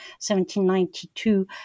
1792